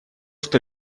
что